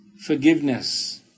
forgiveness